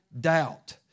Doubt